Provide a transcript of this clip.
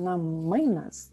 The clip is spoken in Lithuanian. na mainas